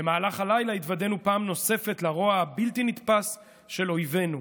במהלך הלילה התוודענו פעם נוספת לרוע הבלתי-נתפס של אויבינו: